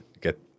get